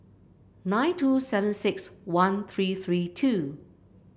nine two seven six one three three two